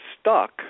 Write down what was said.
stuck